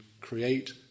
create